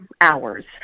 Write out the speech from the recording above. hours